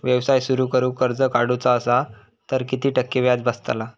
व्यवसाय सुरु करूक कर्ज काढूचा असा तर किती टक्के व्याज बसतला?